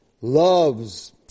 loves